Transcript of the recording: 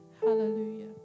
hallelujah